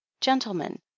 gentlemen